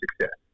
success